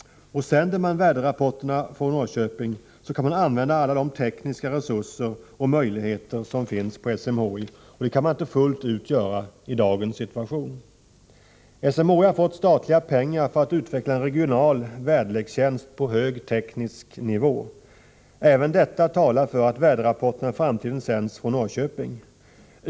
Och sänder man dem därifrån kan man använda alla de tekniska resurser som finns på SMHI, och det kan man inte göra fullt ut i dagens situation. SMHI har fått statliga pengar för att utveckla en regional väderlekstjänst på hög teknisk nivå. Även detta talar för att väderrapporterna i framtiden skall sändas från Norrköping.